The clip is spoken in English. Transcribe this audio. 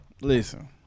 Listen